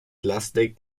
plastik